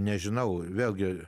nežinau vėlgi